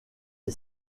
est